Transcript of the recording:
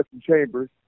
chambers